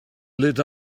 lit